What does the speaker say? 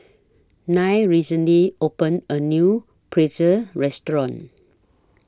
Nya recently opened A New Pretzel Restaurant